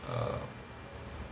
um